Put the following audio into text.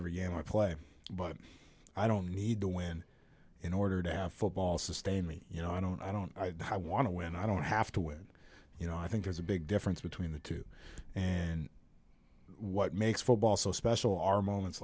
every game i play but i don't need to win in order to have football sustain me you know i don't i don't i don't i want to when i don't have to when you know i think there's a big difference between the two and what makes football so special are moments